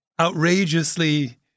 outrageously